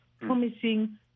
promising